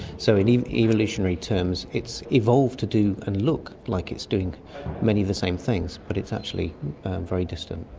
so in evolutionary terms it's evolved to do and look like it's doing many of the same things, but it's actually very distant.